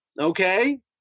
okay